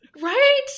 right